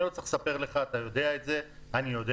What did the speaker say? אני לא צריך לספר לך ואתה יודע את זה אני יודע